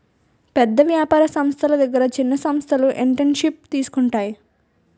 పెద్ద వ్యాపార సంస్థల దగ్గర చిన్న సంస్థలు ఎంటర్ప్రెన్యూర్షిప్ తీసుకుంటాయి